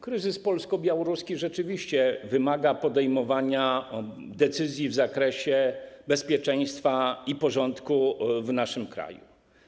Kryzys polsko-białoruski rzeczywiście wymaga podejmowania decyzji w zakresie bezpieczeństwa i porządku w naszym kraju.